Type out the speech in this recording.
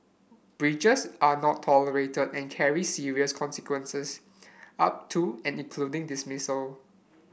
breaches are not tolerated and carry serious consequences up to and including dismissal